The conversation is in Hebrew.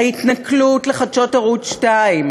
ההתנכלות לחדשות ערוץ 2,